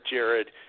Jared